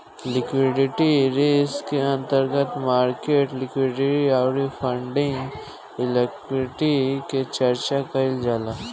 liquidity risk के अंतर्गत market liquidity अउरी फंडिंग लिक्विडिटी के चर्चा कईल जाला